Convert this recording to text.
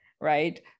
right